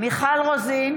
מיכל רוזין,